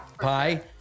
Pie